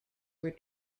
were